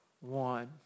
One